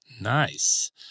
Nice